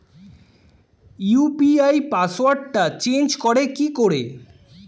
UPI পাসওয়ার্ডটা change করে কি করে?